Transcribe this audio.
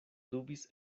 dubis